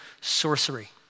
sorcery